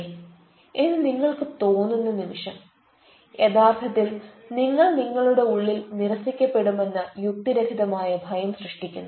എന്ന് നിങ്ങൾക്ക് തോന്നുന്ന നിമിഷം യഥാർത്ഥത്തിൽ നിങ്ങൾ നിങ്ങളുടെ ഉള്ളിൽ നിരസിക്കപ്പെടുമെന്ന യുക്തിരഹിതമായ ഭയം സൃഷ്ടിക്കുന്നു